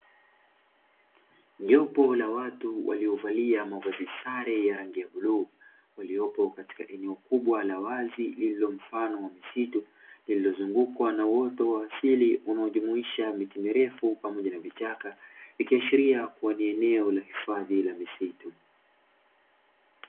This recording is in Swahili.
Jopo la watu waliovalia mavazi sare ya rangi ya bluu, waliopo katika eneo kubwa la wazi lililo mfano wa misitu, lililozungukwa na uoto wa asili unaojumuisha miti mirefu pamoja na vichaka; ikiashiria kuwa ni eneo la hifadhi la misitu.